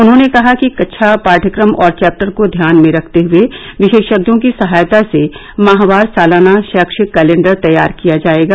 उन्होंने कहा कि कक्षा पाठ्यक्रम और चैप्टर को ध्यान में रखते हुए विशेषज्ञों की सहायता से माहवार सालाना शैक्षिक कैलेंडर तैयार किया जाएगा